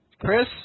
Chris